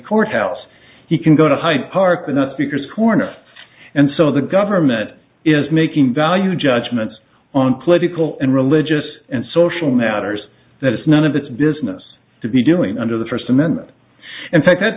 courthouse he can go to high park but not because corner and so the government is making value judgments on political and religious and social matters that it's none of its business to be doing under the first amendment in fact that